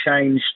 changed